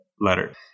letters